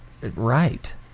right